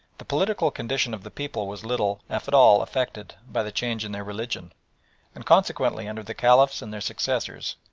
the political condition of the people was little, if at all, affected by the change in their religion and consequently, under the caliphs and their successors,